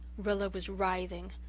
rilla was writhing.